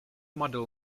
model